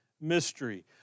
mystery